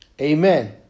Amen